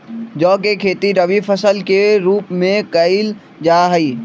जौ के खेती रवि फसल के रूप में कइल जा हई